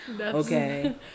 okay